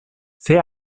sei